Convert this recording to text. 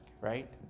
right